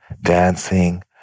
dancing